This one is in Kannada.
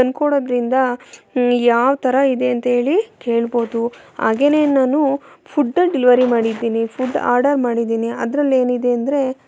ತಂದ್ಕೊಡೋದ್ರಿಂದ ಯಾವ ಥರ ಇದೆ ಅಂಥೇಳಿ ಕೇಳ್ಬೋದು ಹಾಗೆಯೇ ನಾನು ಫುಡ್ ಡಿಲಿವರಿ ಮಾಡಿದ್ದೀನಿ ಫುಡ್ ಆರ್ಡರ್ ಮಾಡಿದ್ದೀನಿ ಅದರಲ್ಲೇನಿದೆ ಅಂದರೆ